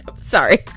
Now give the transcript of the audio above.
sorry